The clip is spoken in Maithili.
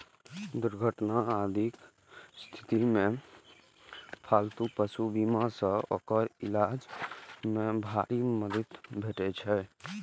दुर्घटना आदिक स्थिति मे पालतू पशु बीमा सं ओकर इलाज मे भारी मदति भेटै छै